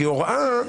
הוראה,